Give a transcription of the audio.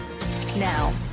now